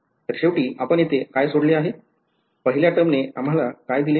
तर शेवटी आपण येथे काय सोडले आहे पहिल्या टर्मने आम्हाला दिले